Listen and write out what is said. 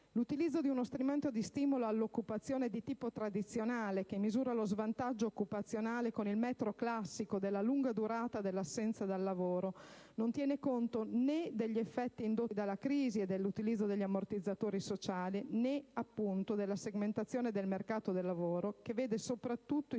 L'utilizzo di uno strumento di stimolo all'occupazione di tipo tradizionale, che misura lo svantaggio occupazionale con il metro classico della lunga durata dell'assenza dal lavoro, non tiene conto né degli effetti indotti dalla crisi e dall'utilizzo degli ammortizzatori sociali né, appunto, della segmentazione del mercato del lavoro, che vede soprattutto i